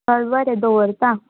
चल बरें दवरता